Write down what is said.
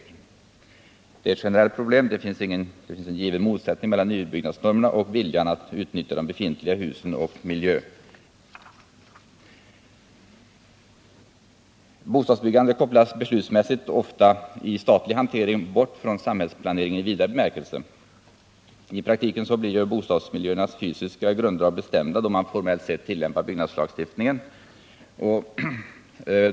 Det här är ett generellt problem — det finns en given motsättning mellan nybyggnadsnormerna och viljan att utnyttja de befintliga husen och miljöerna. Bostadsbyggandet kopplas i statlig hantering beslutmässigt ofta bort från samhällsplaneringsfrågorna i vidare bemärkelse. I praktiken blir ju bostadsmiljöernas fysiska grunddrag bestämda då man formellt sett tillämpar byggnadslagstiftningen.